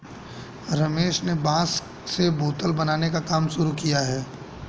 रमेश ने बांस से बोतल बनाने का काम शुरू किया है